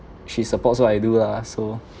she supports what I do lah so